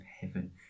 heaven